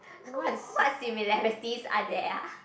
what's what's similarities are there ah